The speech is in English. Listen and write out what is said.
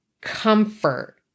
comfort